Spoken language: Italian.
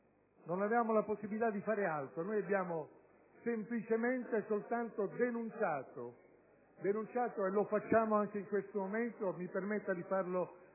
non avevamo la possibilità di fare altro. Noi abbiamo semplicemente e soltanto denunciato - lo facciamo anche in questo momento e permetta di farlo